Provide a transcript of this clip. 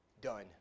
Done